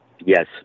Yes